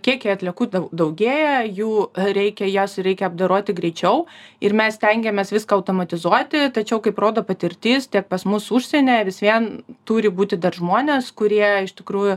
kiekiai atliekų daugėja jų reikia jas reikia apdoroti greičiau ir mes stengiamės viską automatizuoti tačiau kaip rodo patirtis tiek pas mus užsienyje vis vien turi būti dar žmonės kurie iš tikrųjų